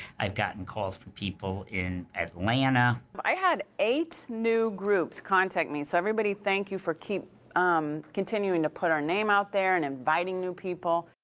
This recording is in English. i've gotten calls from people in atlanta. i had eight new groups contact me, so everybody thank you for keep um continuing to put our name out there and inviting new people.